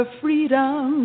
freedom